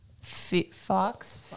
Fox